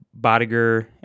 Bodiger